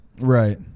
Right